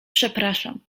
przepraszam